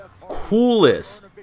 coolest